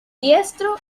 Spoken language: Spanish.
diestro